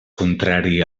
contrari